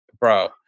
Bro